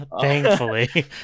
Thankfully